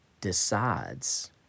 decides